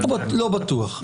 לא בטוח.